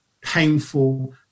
painful